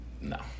No